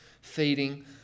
feeding